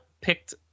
picked